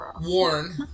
warn